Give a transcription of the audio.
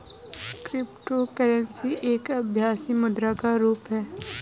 cryptocurrency एक आभासी मुद्रा का रुप है